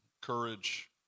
courage